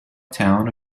town